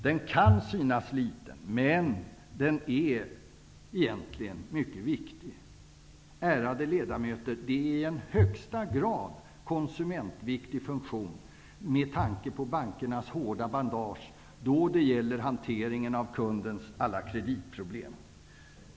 Den frågan kan synas vara liten, men den är egentligen mycket viktig. Ärade ledamöter, en bankombudsman skulle fylla en i högsta grad konsumentviktig funktion -- detta med tanke på bankernas hårda bandage då det gäller hanteringen av kundernas alla kreditproblem.